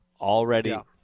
already